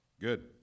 Good